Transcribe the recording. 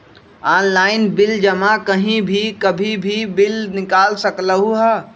Online bill जमा कहीं भी कभी भी बिल निकाल सकलहु ह?